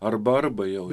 arba arba jau